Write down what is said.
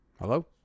Hello